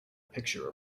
picture